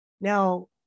now